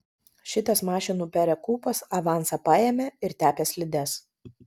šitas mašinų perekūpas avansą paėmė ir tepė slides